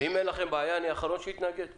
אז